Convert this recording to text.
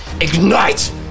ignite